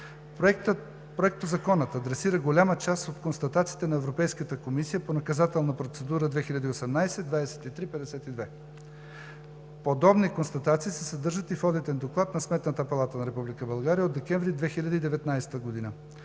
опазване. Проектозаконът адресира голяма част от констатациите на Европейската комисия по Наказателна процедура 2018/2352. Подобни констатации се съдържат и в Одитен доклад на Сметната палата на Република България